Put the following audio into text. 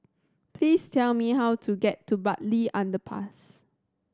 please tell me how to get to Bartley Underpass